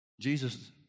Jesus